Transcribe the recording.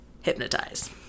hypnotize